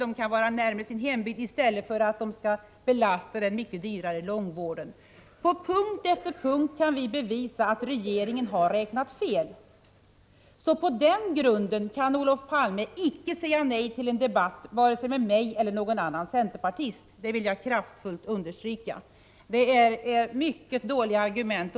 De kan bo närmare sin hembygd i stället för att belasta den mycket dyrare långvården. På punkt efter punkt kan vi visa att regeringen har räknat fel. Därför kan Olof Palme icke säga nej till en debatt med vare sig mig eller någon annan centerpartist — det vill jag kraftfullt understryka. Det är mycket dåliga argument ni anför.